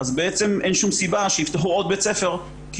אין שום סיבה שיפתחו עוד בית ספר כי